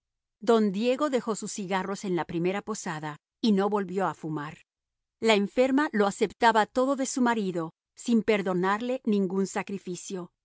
don diego dejó sus cigarros en la primera posada y no volvió a fumar la enferma lo aceptaba todo de su marido sin perdonarle ningún sacrificio